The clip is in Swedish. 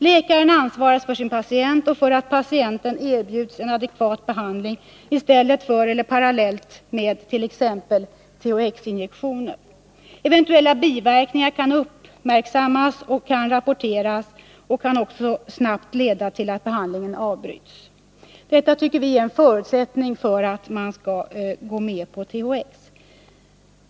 Läkaren ansvarar för sin patient och för att patienten erbjuds en adekvat behandling i stället för eller parallellt med t.ex. THX-injektioner. Eventuella biverkningar kan uppmärksammas och rapporteras, och det kan också snabbt leda till att behandlingen avbryts. Detta tycker vi är en förutsättning för att man skall gå med på användningen av THX.